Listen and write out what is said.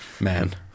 Man